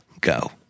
go